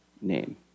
name